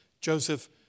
Joseph